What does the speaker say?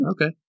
okay